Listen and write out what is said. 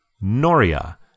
Noria